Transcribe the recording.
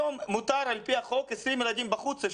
היום מותר על פי החוק 20 ילדים בחוץ.